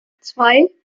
zwei